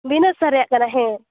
ᱵᱤᱱᱟᱹ ᱥᱟᱨ ᱨᱮᱭᱟᱜ ᱠᱟᱱᱟ ᱦᱮᱸ